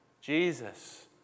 Jesus